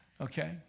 okay